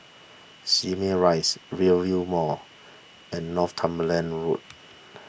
Simei Rise Rivervale Mall and Northumberland Road